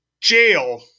jail